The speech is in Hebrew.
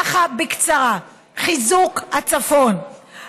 ככה בקצרה: חיזוק הצפון,